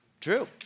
True